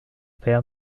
père